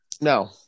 No